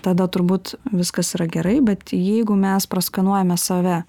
tada turbūt viskas yra gerai bet jeigu mes praskanuojame save